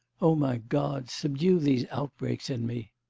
o my god, subdue these outbreaks in me!